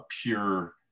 pure